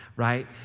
right